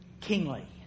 kingly